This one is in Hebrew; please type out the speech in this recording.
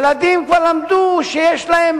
ילדים כבר למדו שיש להם